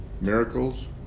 miracles